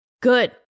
Good